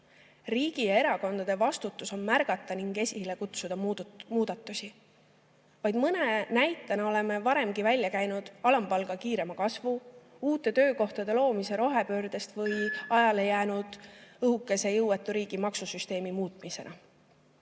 Riigi ja erakondade vastutus on märgata ning esile kutsuda muutusi. Vaid mõne näitena oleme varemgi välja käinud alampalga kiirema kasvu, uute töökohtade loomise rohepöörde käigus või ajale jäänud õhukese jõuetu riigi maksusüsteemi muutmise.